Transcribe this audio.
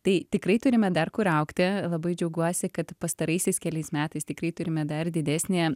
tai tikrai turime dar kur augti labai džiaugiuosi kad pastaraisiais keliais metais tikrai turime dar didesnę